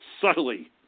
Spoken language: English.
subtly